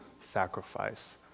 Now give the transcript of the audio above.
sacrifice